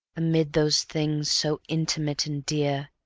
amid those things so intimate and dear,